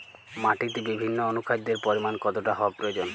মাটিতে বিভিন্ন অনুখাদ্যের পরিমাণ কতটা হওয়া প্রয়োজন?